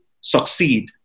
succeed